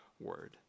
word